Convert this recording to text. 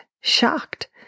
shocked